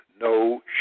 no